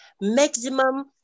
maximum